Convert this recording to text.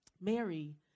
Mary